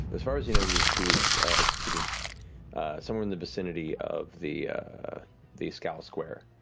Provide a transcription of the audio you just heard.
as far as you know, he was he was executed somewhere in the vicinity of the the scowl square.